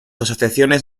asociaciones